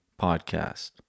podcast